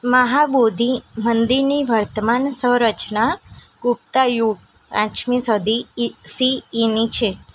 મહાબોધિ મંદિરની વર્તમાન સંરચના ગુપ્ત યુગ પાંચ મી સદી ઇ સી ઇની છે